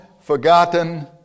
forgotten